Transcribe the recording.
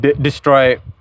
destroy